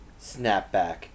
snapback